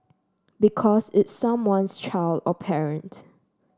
because it's someone's child or parent